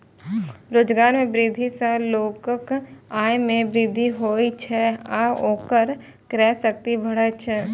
रोजगार मे वृद्धि सं लोगक आय मे वृद्धि होइ छै आ ओकर क्रय शक्ति बढ़ै छै